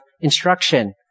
instruction